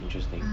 interesting